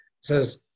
says